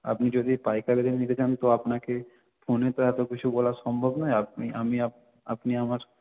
আপনি যদি পাইকারি দামে নিতে চান তো আপনাকে ফোনে তো এত কিছু বলা সম্ভব নয় আপনি আমি আপনি আমার